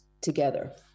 together